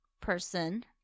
person